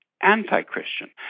anti-Christian